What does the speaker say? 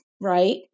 right